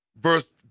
Verse